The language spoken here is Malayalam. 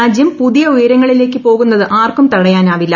രാജ്യം പുതിയ ഉയരങ്ങളിലേക്ക് പോകുന്നത് ആർക്കും തടയാനാവില്ല